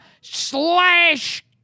slash